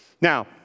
Now